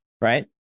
right